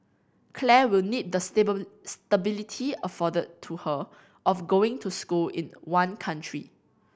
Claire will need the stability afforded to her of going to school in one country